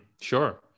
Sure